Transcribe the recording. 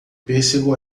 pêssego